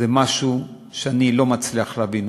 זה משהו שאני לא מצליח להבין.